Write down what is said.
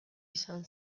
izan